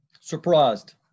Surprised